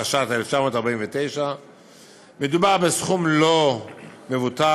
התש"ט 1949. מדובר בסכום לא מבוטל,